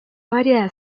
variedad